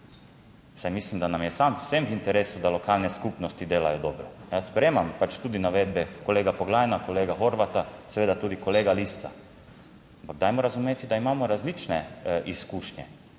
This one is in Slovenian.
mislim, da nam je vsem v interesu, da lokalne skupnosti delajo dobro, jaz sprejemam pač tudi navedbe kolega Poglajna, kolega Horvata, seveda tudi kolega Lisca, ampak dajmo razumeti, da imamo različne izkušnje